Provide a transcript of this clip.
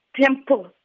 temple